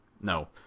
No